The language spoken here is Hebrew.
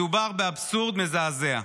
מדובר באבסורד מזעזע,